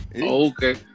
Okay